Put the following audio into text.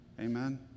Amen